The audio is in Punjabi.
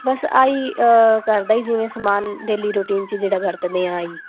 ਬਸ ਆਹੀ ਘਰ ਦਾ ਹੀ ਵਰਤਦੇ ਹਾਂ ਆਹੀ